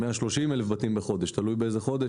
130 אלף בתים בחוד תלוי באיזה חדש